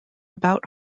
about